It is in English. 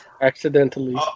Accidentally